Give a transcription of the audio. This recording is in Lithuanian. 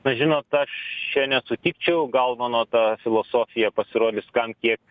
na žinot aš čia nesutikčiau gal mano ta filosofija pasirodys kam kiek